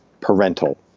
parental